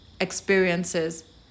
experiences